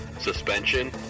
suspension